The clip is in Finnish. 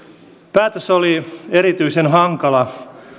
päätös oli erityisen hankala